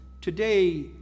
Today